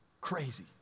Crazy